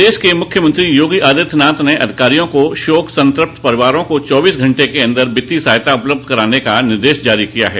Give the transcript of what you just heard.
प्रदेश के मुख्यमंत्री योगी आदित्यनाथ ने अधिकारियों को शोक संतप्त परिवारों को चौबीस घंटे को भीतर वित्तीय सहायता उपलब्ध कराने का निर्देश जारी किया है